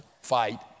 fight